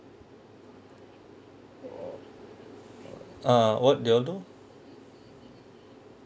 ah what they all do